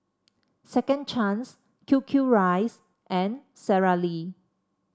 Second Chance Q Q rice and Sara Lee